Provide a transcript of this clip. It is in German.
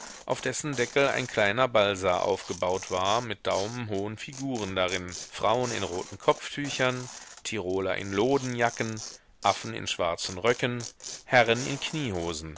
auf dessen deckel ein kleiner ballsaal aufgebaut war mit daumenhohen figuren darin frauen in roten kopftüchern tiroler in lodenjacken affen in schwarzen röcken herren in kniehosen